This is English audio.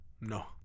no